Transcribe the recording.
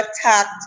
attacked